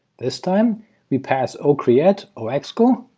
this time we pass o creat o excl,